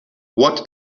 what